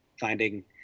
finding